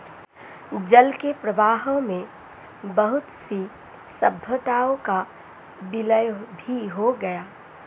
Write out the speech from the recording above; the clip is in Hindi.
जल के प्रवाह में बहुत सी सभ्यताओं का विलय भी हो गया